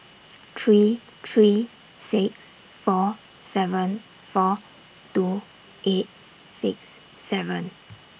three three six four seven four two eight six seven